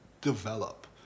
develop